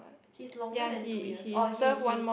he's longer than two years orh he he